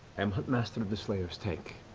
um huntmaster of the slayer's take.